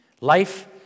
Life